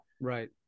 Right